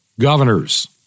governors